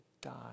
die